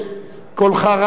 קולך רם ונישא.